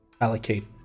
allocate